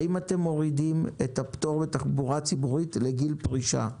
האם אתם מורידים את הפטור מתחבורה ציבורית לגיל פרישה,